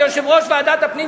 כיושב-ראש ועדת הפנים,